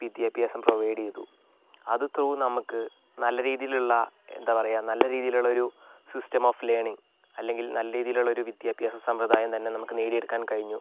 വിദ്യാഭ്യാസം പ്രൊവൈഡ് ചെയ്തു അത് ത്രൂ നമുക്ക് നല്ല രീതിയിലുള്ള എന്താ പറയുക നല്ല രീതിയിലുള്ളൊരു സിസ്റ്റം ഓഫ് ലേർണിങ് അല്ലെങ്കിൽ നല്ല രീതിയിലുള്ളൊരു വിദ്യാഭ്യാസ സമ്പ്രദായം തന്നെ നമുക്ക് നേടിയെടുക്കാൻ കഴിഞ്ഞു